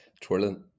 twirling